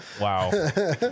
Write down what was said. wow